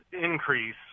increase